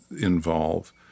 involve